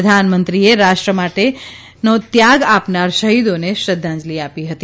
પ્રધાનમંત્રીએ રાષ્ટ્ર માટે જાનનો ત્યાગ આપનારા શહીદોને શ્રદ્વાંજલિ આપી હતી